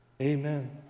Amen